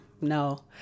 no